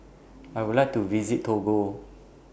I Would like to visit Togo